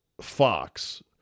Fox